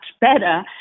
better